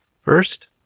First